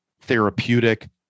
therapeutic